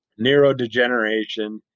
neurodegeneration